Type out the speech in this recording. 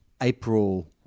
April